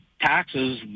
taxes